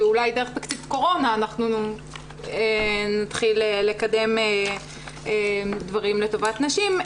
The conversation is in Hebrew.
שאולי דרך תקציב קורונה אנחנו נתחיל לקדם דברים לטובת נשים,